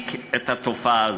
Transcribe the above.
להפסיק את התופעה הזאת,